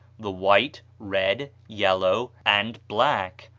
the white, red, yellow, and black,